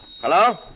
Hello